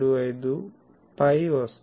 75π వస్తుంది